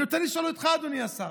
אני רוצה לשאול אותך, אדוני השר: